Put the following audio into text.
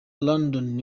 london